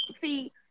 see